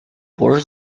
borders